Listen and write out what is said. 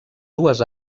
dues